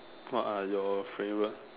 what are your favourite